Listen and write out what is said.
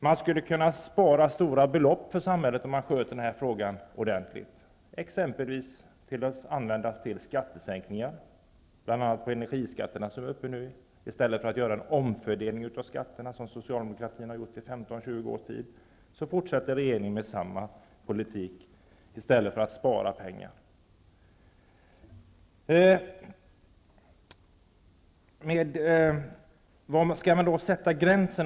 Man skulle kunna spara stora belopp för samhället om man sköter den här frågan ordentligt. Man skulle t.ex. kunna använda skattesänkningar, bl.a. på energiskatterna, i stället för att göra en omfördelning av skatterna som Socialdemokraterna har gjort i 15--20 år. Regeringen fortsätter nu med samma politik i stället för att spara pengar. Var skall man dra gränsen?